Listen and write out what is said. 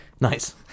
Nice